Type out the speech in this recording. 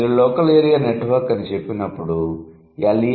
మీరు local area network అని చెప్పినప్పుడు ఎల్